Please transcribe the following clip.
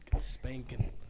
Spanking